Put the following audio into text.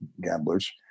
gamblers